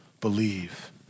believe